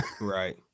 right